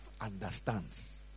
understands